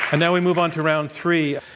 and now we move onto round three.